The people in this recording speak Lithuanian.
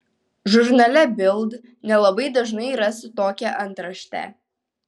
žurnale bild nelabai dažnai rasi tokią antraštę